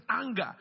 anger